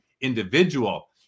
individual